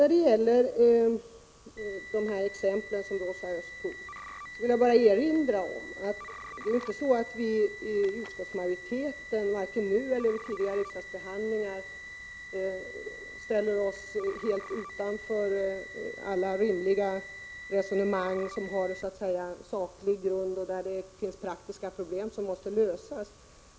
När det gäller de exempel som Rosa Östh gav vill jag bara erinra om att vi i utskottsmajoriteten inte ställer oss helt utanför alla rimliga resonemang, som har saklig grund och som rör praktiska problem som måste lösas. Det gör vi inte nu, och det har vi inte heller gjort vid tidigare riksdagsbehandlingar.